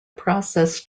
process